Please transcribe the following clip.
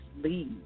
leave